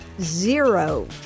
zero